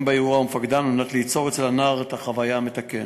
באירוע ומפקדם כדי ליצור אצל את הנער את החוויה המתקנת.